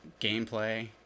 gameplay